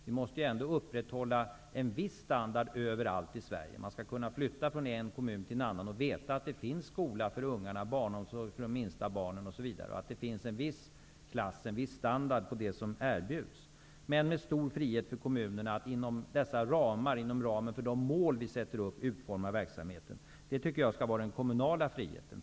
Vi måste upprätthålla en viss standard överallt i Sverige. Man skall kunna flytta från en kommun till en annan och veta att det finns skola för barnen och barnomsorg för de minsta barnen, att det finns en viss klass, en viss standard på det som erbjuds, men med stor frihet för kommunerna att inom ramen för de mål vi sätter upp utforma verksamheten. Det skall vara den kommunala friheten.